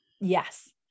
Yes